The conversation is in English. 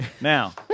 Now